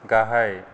गाहाय